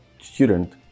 student